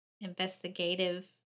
investigative